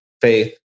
faith